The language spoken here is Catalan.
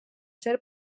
ser